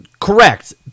Correct